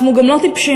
אנחנו גם לא טיפשים.